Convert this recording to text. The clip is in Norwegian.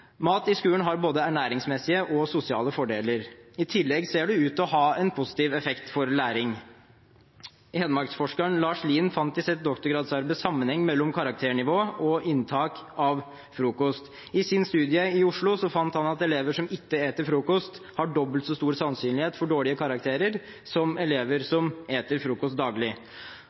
Mat i skolen har både ernæringsmessige og sosiale fordeler. I tillegg ser det ut til å ha en positiv effekt for læring. Hedmarksforskeren Lars Lien fant i sitt doktorgradsarbeid sammenheng mellom karakternivå og inntak av frokost. I sin studie i Oslo fant han at elever som ikke spiser frokost, har dobbelt så stor sannsynlighet for dårlige karakterer som elever